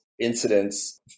incidents